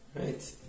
Right